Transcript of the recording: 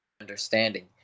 understanding